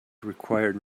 required